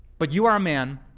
but you are a man